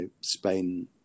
Spain